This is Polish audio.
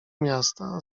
miasta